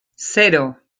cero